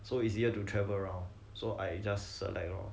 so easier to travel around so I just select lor